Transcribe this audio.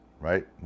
Right